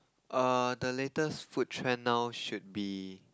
err the latest food trend now should be